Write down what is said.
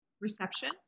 Reception